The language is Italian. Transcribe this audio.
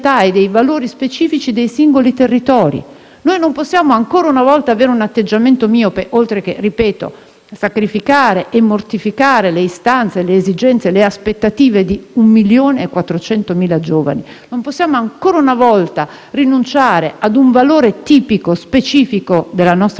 Non possiamo ancora una volta rinunciare ad un valore tipico e specifico della nostra nazionalità